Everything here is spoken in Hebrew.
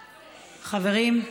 חברים.